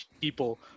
people